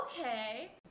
okay